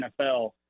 NFL